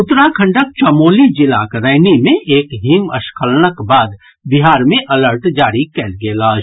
उत्तराखंडक चमोली जिलाक रैनी मे एक हिमस्खलनक बाद बिहार मे अलर्ट जारी कयल गेल अछि